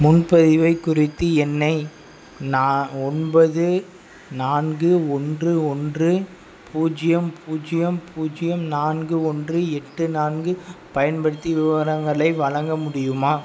முன்பதிவை குறித்து எண்ணை நா ஒன்பது நான்கு ஒன்று ஒன்று பூஜ்ஜியம் பூஜ்ஜியம் பூஜ்ஜியம் நான்கு ஒன்று எட்டு நான்கு பயன்படுத்தி விவரங்களை வழங்க முடியுமா